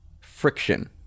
friction